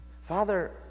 Father